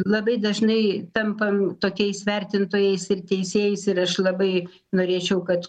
labai dažnai tampam tokiais vertintojais ir teisėjais ir aš labai norėčiau kad